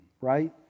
Right